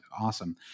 Awesome